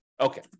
Okay